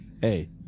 Hey